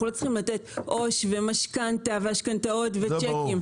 אנחנו לא צריכים לתת עו"ש ומשכנתאות וצ'קים,